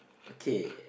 okay